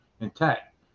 intact